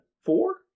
Four